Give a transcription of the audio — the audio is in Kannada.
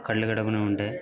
ಕಡಲೆಗಿಡಗನ ಉಂಡೆ